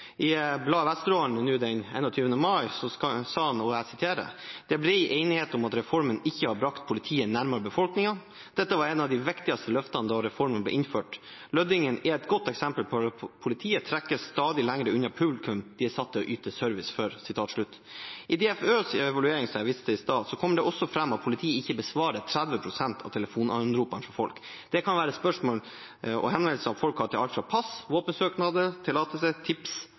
enighet om at reformen ikke har bragt politiet nærmere befolkningen. Dette var et av de viktigste løftene da reformen ble innført. Lødingen er et godt eksempel på at politiet trekkes stadig lengre unna publikum de er satt til å yte service for.» I DFØs evaluering som jeg viste til i stad, kommer det også fram at politiet ikke besvarer 30 pst. av telefonanropene fra folk. Det kan være spørsmål og henvendelser fra folk om alt fra pass, våpensøknader, tillatelser og ikke minst tips